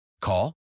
Call